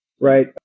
right